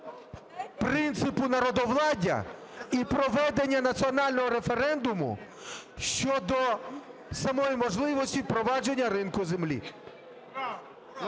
принципу народовладдя і проведення національного референдуму щодо самої можливості впровадження ринку землі.